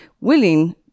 willing